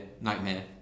nightmare